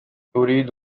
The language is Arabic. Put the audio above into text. أريد